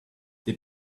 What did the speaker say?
they